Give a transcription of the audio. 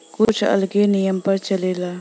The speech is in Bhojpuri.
कुछ अलगे नियम पर चलेला